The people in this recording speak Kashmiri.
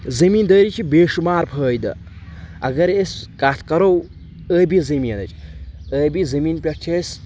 زمیٖندٲری چھِ بےٚ شُمار فٲیِدٕ اگر أسۍ کَتھ کَرو ٲبِی زٔمیٖنٕچ ٲبی زٔمیٖن پؠٹھ چھِ أسۍ